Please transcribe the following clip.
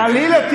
חלילה.